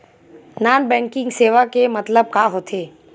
Non banking सेवा के मतलब का होथे?